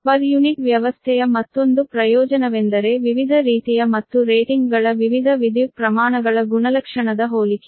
ಪ್ರತಿ ಯುನಿಟ್ ವ್ಯವಸ್ಥೆಯ ಮತ್ತೊಂದು ಪ್ರಯೋಜನವೆಂದರೆ ವಿವಿಧ ರೀತಿಯ ಮತ್ತು ರೇಟಿಂಗ್ಗಳ ವಿವಿಧ ವಿದ್ಯುತ್ ಪ್ರಮಾಣಗಳ ಗುಣಲಕ್ಷಣದ ಹೋಲಿಕೆ